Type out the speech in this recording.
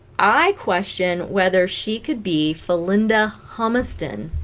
i question whether she could be falinda humiston